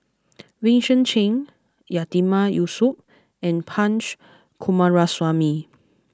Vincent Cheng Yatiman Yusof and Punch Coomaraswamy